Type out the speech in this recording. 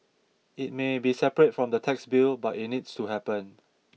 it may be separate from the tax bill but it needs to happen